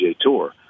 Tour